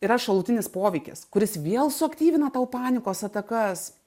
yra šalutinis poveikis kuris vėl suaktyvina tau panikos atakas